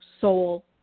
soul